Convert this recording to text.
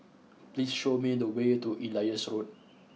please show me the way to Elias Road